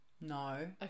No